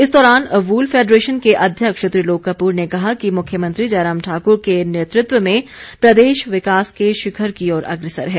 इस दौरान वूलफैडरेशन के अध्यक्ष त्रिलोक कपूर ने कहा कि मुख्यमंत्री जयराम ठाकुर के नेतृत्व में प्रदेश विकास के शिखर की ओर अग्रसर है